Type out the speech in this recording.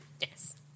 Yes